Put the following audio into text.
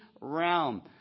realm